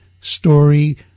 story